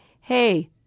hey